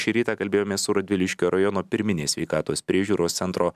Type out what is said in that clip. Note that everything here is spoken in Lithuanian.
šį rytą kalbėjomės su radviliškio rajono pirminės sveikatos priežiūros centro